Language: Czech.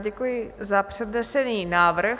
Děkuji za přednesený návrh.